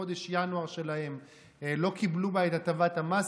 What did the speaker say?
חודש ינואר שלהם לא קיבלו את הטבת המס,